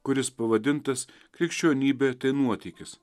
kuris pavadintas krikščionybė tai nuotykis